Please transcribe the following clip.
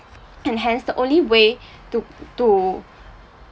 and hence the only way to to